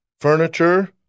furniture